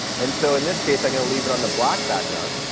and so in this case i'm going to leave it on the black background,